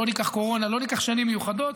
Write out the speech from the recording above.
לא ניקח קורונה, לא ניקח שנים מיוחדות,